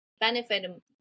benefit